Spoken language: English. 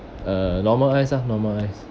uh normal ice ah normal ice